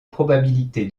probabilité